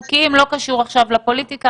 אנחנו יודעים לשלוט בתור שבחוץ,